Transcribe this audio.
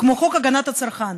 כמו חוק הגנת הצרכן,